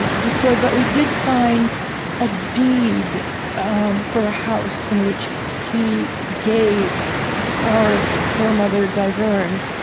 ah destroyed, but we did find a deed for a house in which he gave our foremother, diverne,